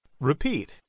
Repeat